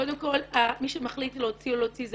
קודם כל מי שמחליט להוציא או לא להוציא זה